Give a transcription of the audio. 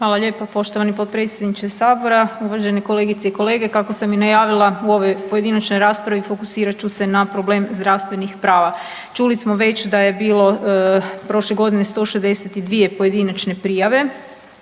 Hvala lijepa poštovani potpredsjedniče Sabora. Uvažene kolegice i kolege. Kako sam i najavila u ovoj pojedinačnoj raspravi fokusirat ću se na problem zdravstvenih prava. Čuli smo već da je bilo prošle godine 162 pojedinačne prijave,